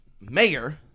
mayor